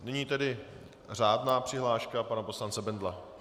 Nyní tedy řádná přihláška pana poslance Bendla.